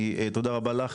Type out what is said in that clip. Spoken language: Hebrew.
תודה רבה לך.